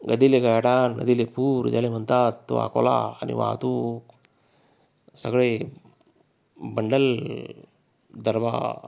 नदीले गाडा नदीले पूर ज्याला म्हणतात तो अकोला आणि वाहतूक सगळे बंडल दरबार